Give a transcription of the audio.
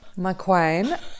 McQuain